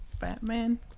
Batman